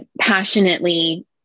passionately